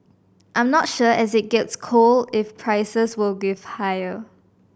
I'm not sure as it gets cold if prices will go higher